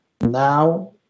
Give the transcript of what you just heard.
Now